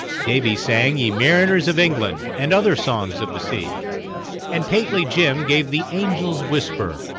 davy sang ye mariners of england, and other songs of the sea and pateley jim gave the angel's whisper,